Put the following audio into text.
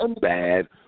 bad